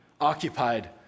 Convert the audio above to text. occupied